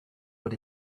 what